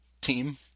team